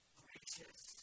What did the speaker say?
gracious